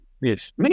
Yes